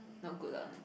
not good lah not good